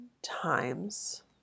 times